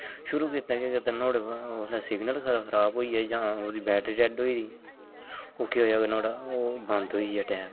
शुरू कीता केह् कीता नोह्ड़े परा उसने सिगनल खराब होईआ जां नोह्ड़ी बैटरी डेड होई ओह् केह् नोह्ड़ी बंद होईआ टैब